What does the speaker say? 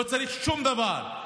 לא צריך שום דבר,